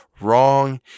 wrong